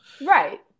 Right